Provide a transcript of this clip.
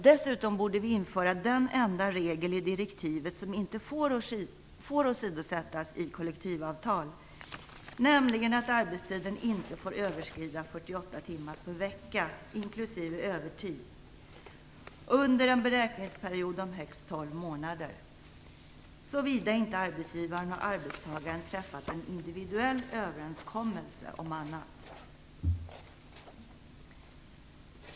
Dessutom borde man införa den enda regel i direktivet som inte får åsidosättas i kollektivavtal, nämligen att arbetstiden inte får överskrida 48 timmar/vecka, inklusive övertid, under en beräkningsperiod om högst 12 månader, såvida inte arbetsgivaren och arbetstagaren träffat en individuell överenskommelse om annat.